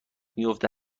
میفته